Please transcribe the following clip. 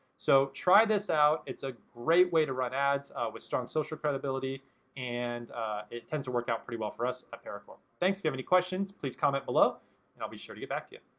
so try this out it's a great way to run ads with strong social credibility and it tends to work out pretty well for us at paracore. thanks. if you have any questions, please comment below and i'll be sure to get back to you.